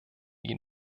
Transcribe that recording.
ihn